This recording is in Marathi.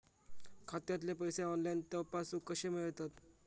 खात्यातले पैसे ऑनलाइन तपासुक कशे मेलतत?